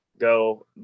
go